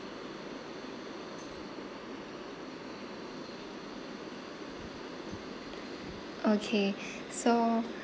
okay so